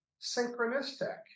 synchronistic